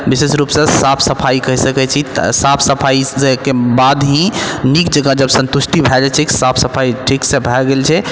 विशेष रूपसँ साफ सफाइ कहि सकै छी तऽ साफ सफाइके बाद ही नीक जकाँ जब सन्तुष्टि भए जाइ छै कि साफ सफाइ नीकसँ भए गेल छै